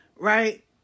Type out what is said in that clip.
right